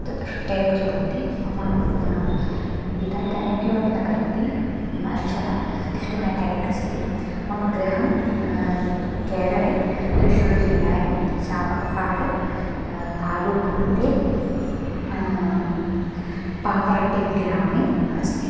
तत् स्टेर् कृतवती मम पिता इदानीं किमपि न करोति मालिषः इष्ट् मेकानिक् अस्ति मम गृहं केरळे त्रिषूर् जिल्लायां चाबक्काड् तालूक् मद्ये पापरड्डिग्रामे अस्ति